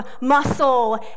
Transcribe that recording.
muscle